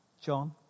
John